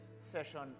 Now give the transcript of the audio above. session